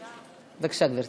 בבקשה, גברתי.